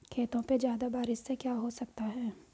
खेतों पे ज्यादा बारिश से क्या हो सकता है?